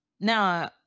Now